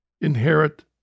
inherit